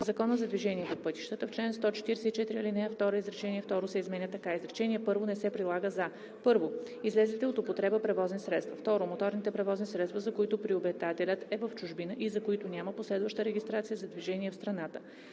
Закона за движението по пътищата (обн., ДВ, бр. …), в чл. 144, ал. 2, изречение второ се изменя така: „Изречение първо не се прилага за: 1. излезлите от употреба превозни средства; 2. моторните превозни средства, за които приобретателят е в чужбина и за които няма последваща регистрация за движение в страната;